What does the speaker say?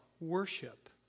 worship